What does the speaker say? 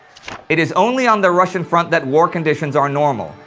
it is only on the russian front that war conditions are normal.